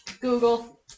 Google